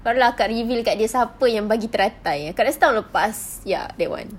baru lah akak reveal dekat dia siapa yang bagi teratai akak rasa tahun lepas ya that [one]